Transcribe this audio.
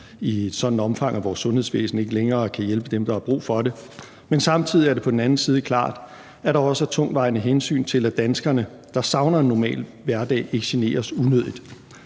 et sådant omfang, at vores sundhedsvæsen ikke længere kan hjælpe dem, der har brug for det, men samtidig er det klart, at der også er tungtvejende hensyn til, at danskerne, der savner en normal hverdag, ikke generes unødigt.